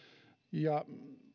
ja